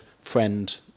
friend